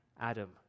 Adam